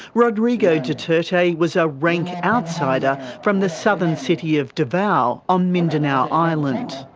rodrigo duterte was a rank outsider from the southern city of davao on mindanao island.